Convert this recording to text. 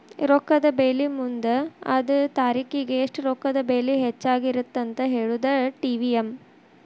ರೊಕ್ಕದ ಬೆಲಿ ಮುಂದ ಅದ ತಾರಿಖಿಗಿ ಎಷ್ಟ ರೊಕ್ಕದ ಬೆಲಿ ಹೆಚ್ಚಾಗಿರತ್ತಂತ ಹೇಳುದಾ ಟಿ.ವಿ.ಎಂ